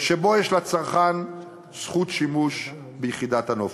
שבו יש לצרכן זכות שימוש ביחידת הנופש.